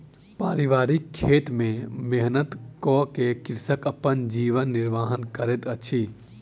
पारिवारिक खेत में मेहनत कअ के कृषक अपन जीवन निर्वाह करैत अछि